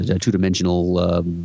two-dimensional